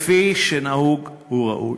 כפי שנהוג וראוי.